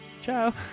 Ciao